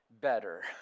better